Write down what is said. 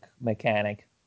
mechanic